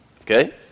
Okay